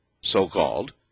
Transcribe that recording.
so-called